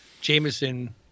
Jameson